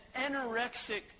anorexic